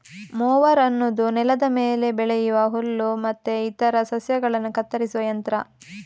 mower ಅನ್ನುದು ನೆಲದ ಮೇಲೆ ಬೆಳೆಯುವ ಹುಲ್ಲು ಮತ್ತೆ ಇತರ ಸಸ್ಯಗಳನ್ನ ಕತ್ತರಿಸುವ ಯಂತ್ರ